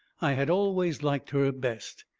i had always liked her best.